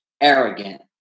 arrogant